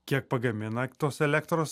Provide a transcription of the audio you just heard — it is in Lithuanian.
kiek pagamina tos elektros